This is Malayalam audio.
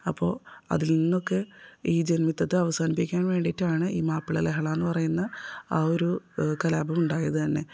അപ്പോൾ അതിൽ നിന്നൊക്കെ ഈ ജന്മിത്ത്വത്തെ അവസാനിപ്പിക്കാൻ വേണ്ടിയിട്ടാണ് ഈ മാപ്പിള ലഹള എന്ന് പറയുന്ന ആ ഒരു കലാപം ഉണ്ടായത് തന്നെ